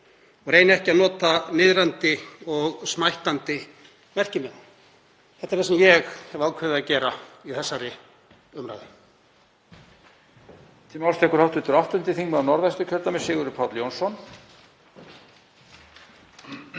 að reyna ekki að nota niðrandi og smættandi merkimiða. Þetta er það sem ég hef ákveðið að gera í þessari umræðu.